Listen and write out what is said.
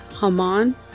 Haman